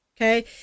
Okay